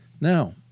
Now